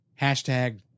Hashtag